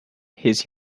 his